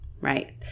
right